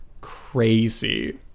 crazy